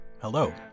Hello